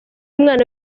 umwana